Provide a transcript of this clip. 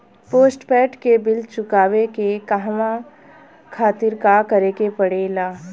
Postpaid के bill चुकावे के कहवा खातिर का करे के पड़ें ला?